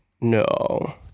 No